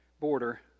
border